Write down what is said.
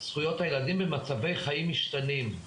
זכויות הילדים במצבי חיים משתנים.